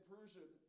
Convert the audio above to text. Persian